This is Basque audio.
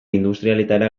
industrialetara